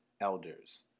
elders